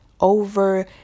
over